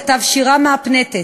כתב שירה מהפנטת,